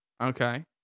Okay